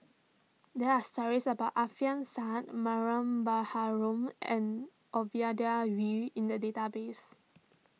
there are stories about Alfian Sa'At Mariam Baharom and Ovidia Yu in the database